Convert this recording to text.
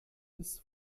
bis